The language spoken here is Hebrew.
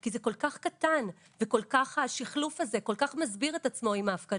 כי זה כל כך קטן והשחלוף הזה כל כך מסביר את עצמו עם ההפקדות.